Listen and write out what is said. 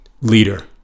leader